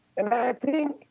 and i think,